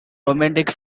romantic